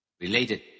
related